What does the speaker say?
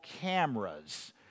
cameras